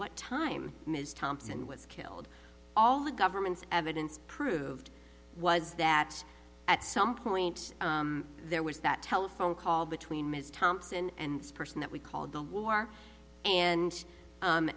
what time ms thompson was killed all the government's evidence proved was that at some point there was that telephone call between ms thompson and person that we called the war and